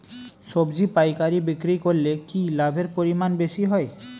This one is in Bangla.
সবজি পাইকারি বিক্রি করলে কি লাভের পরিমাণ বেশি হয়?